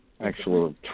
actual